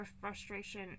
frustration